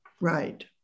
Right